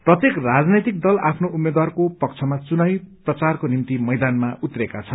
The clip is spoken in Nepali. प्रत्येक राजनैतिक दल आफ्नो उम्मेद्वारको पक्षमा चुनावी प्रचारको निम्ति मैदानमा उत्रेका छन्